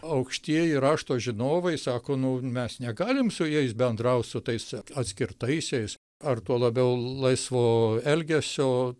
aukštieji rašto žinovai sako nu mes negalim su jais bendraut su tais atskirtaisiais ar tuo labiau laisvo elgesio